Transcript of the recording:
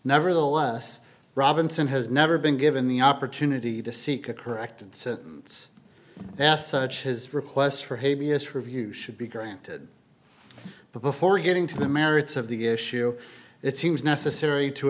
nevertheless robinson has never been given the opportunity to seek a corrected sentence asked such his request for hay vs review should be granted before getting to the merits of the issue it seems necessary to